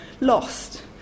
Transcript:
lost